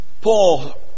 Paul